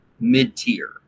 mid-tier